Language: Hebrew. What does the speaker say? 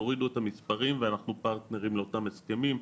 תורידו את המספרים ואנחנו פרטנרים לאותם הסכמים.